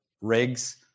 rigs